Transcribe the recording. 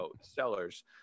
sellers